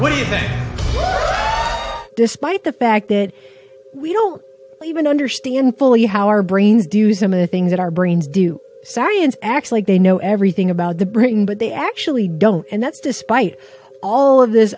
what despite the fact that we don't even understand fully how our brains do some of the things that our brains do science acts like they know everything about the bring but they actually don't and that's despite all of this